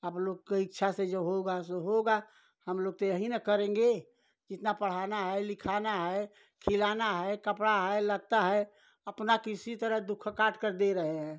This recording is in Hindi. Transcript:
आपलोग की इच्छा से जो होगा सो होगा हमलोग तो यही न करेंगे कितना पढ़ाना है लिखाना है खिलाना है कपड़ा है लत्ता है अपना किसी तरह दुख काटकर दे रहे हैं